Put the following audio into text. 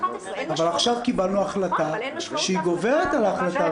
11:00. אבל עכשיו קיבלנו החלטה שהיא גוברת על ההחלטה הקודמת.